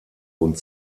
und